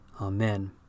Amen